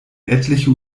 etliche